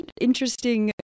interesting